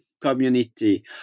community